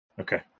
Okay